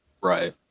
Right